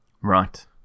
Right